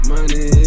Money